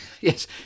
yes